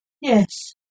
Yes